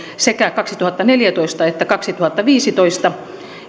sekä kaksituhattaneljätoista että kaksituhattaviisitoista